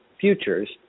futures